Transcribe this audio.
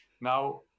Now